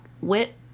wit